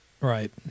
Right